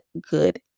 good